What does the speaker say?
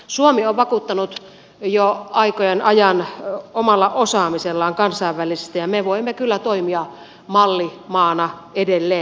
suomi on vakuuttanut jo aikojen ajan omalla osaamisellaan kansainvälisesti ja me voimme kyllä toimia mallimaana edelleen